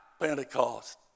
Pentecost